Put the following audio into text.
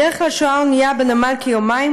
בדרך כלל האונייה שוהה בנמל כיומיים,